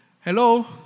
Hello